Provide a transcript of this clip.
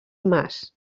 mas